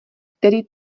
který